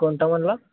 कोणता म्हणालात